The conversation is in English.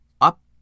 up